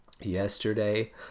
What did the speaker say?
yesterday